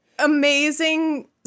amazing